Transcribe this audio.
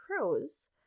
crows